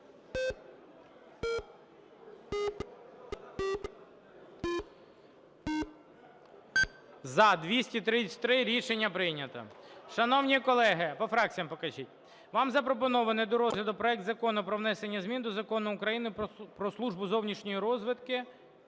За-233 Рішення прийнято. Шановні колеги… Про фракціях покажіть. Вам запропоновано до розгляду проект Закону про внесення змін до Закону України "Про Службу зовнішньої розвідки"